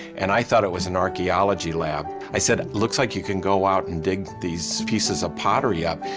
and i thought it was an archaeology lab. i said, looks like you can go out and dig these pieces of pottery up.